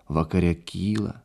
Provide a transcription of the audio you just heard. vakare kyla